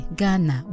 Ghana